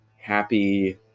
happy